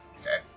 Okay